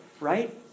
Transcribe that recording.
right